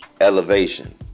Elevation